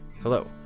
Hello